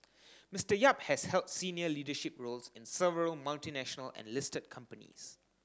Mister Yap has held senior leadership roles in several multinational and listed companies